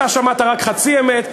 אתה שמעת רק חצי אמת,